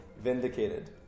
vindicated